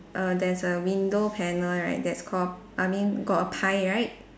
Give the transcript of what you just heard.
err there's a window panel right that's called I mean got a pie right